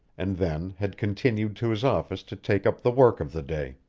and then had continued to his office to take up the work of the day.